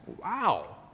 wow